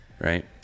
Right